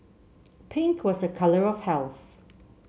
pink was a colour of health